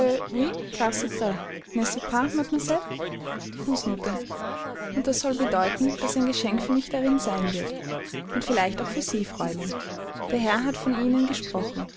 und das soll bedeuten daß ein geschenk für mich darin sein wird und vielleicht auch für sie fräulein der herr hat von ihnen gesprochen